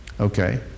okay